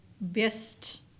best